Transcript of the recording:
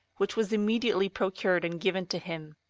which was immediately procured and given to him.